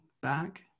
back